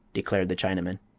declared the chinaman.